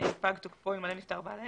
פג תוקפו אלמלא נפטר בעל העסק.